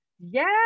Yes